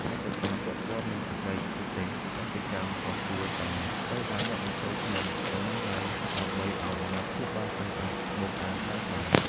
ឯកសារពាក់ព័ន្ធនឹងបច្ចេកទេសកសិកម្មក៏គួរតែត្រូវបានដាក់បញ្ចូលក្នុងបណ្ណាល័យ ដើម្បីឱ្យអាណាព្យាបាលសិស្សអាចមកអានបានដែរ។